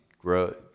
grow